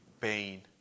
pain